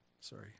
Sorry